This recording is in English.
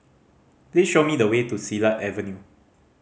please show me the way to Silat Avenue